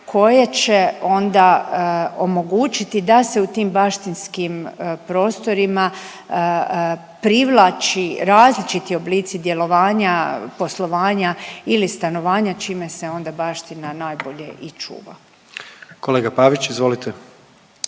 koje će onda omogućiti da se u tim baštinskim prostorima privlači različiti oblici djelovanja, poslovanja ili stanovanja, čime se onda baština najbolje i čuva. **Jandroković, Gordan